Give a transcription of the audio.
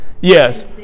Yes